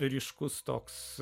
ryškus toks